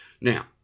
Now